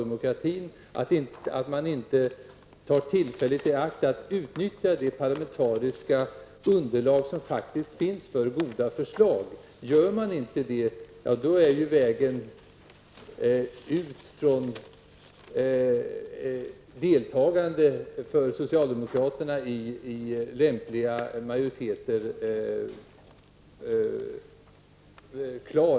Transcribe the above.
Det är oroande att inte socialdemokraterna tar tillfället i akt och utnyttjar det parlamentariska underlag som faktiskt finns för goda förslag. Om man inte gör det är ju utgången för socialdemokraternas deltagande i lämpliga majoriteter klar.